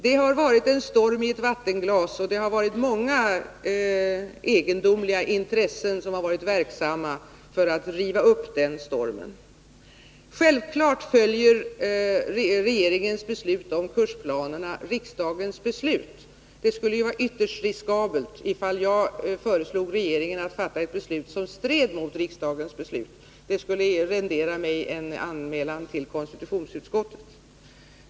Det har varit en storm i ett vattenglas, och många egendomliga intressen har varit verksamma för att riva upp den här stormen. Självfallet följer regeringens beslut om kursplanerna riksdagens beslut. Det skulle ju vara ytterst riskabelt ifall jag föreslog regeringen att fatta ett beslut som stred mot riksdagens beslut — det skulle rendera mig en anmälan till konstitutionsutskottet.